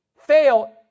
fail